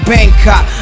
Bangkok